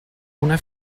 una